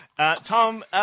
Tom